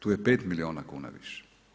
Tu je 5 milijuna kuna više.